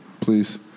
please